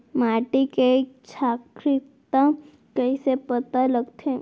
माटी के क्षारीयता कइसे पता लगथे?